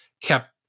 kept